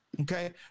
okay